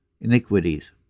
iniquities